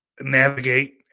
navigate